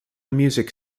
music